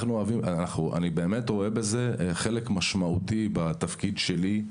אני באמת רואה בזה חלק משמעותי בתפקיד שלי.